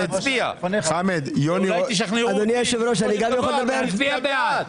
אולי תשכנעו אותי בסופו של דבר להצביע בעד.